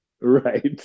Right